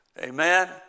Amen